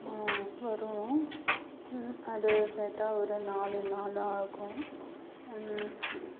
வருவோம் அது சேர்த்தா ஒரு நாலு நாள் ஆகும்